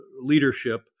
leadership